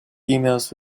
emails